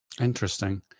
Interesting